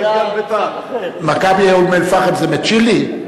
"מכבי אום-אל-פחם" זה בצ'ילה?